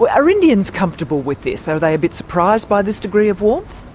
but are indians comfortable with this? are they a bit surprised by this degree of warmth?